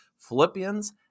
Philippians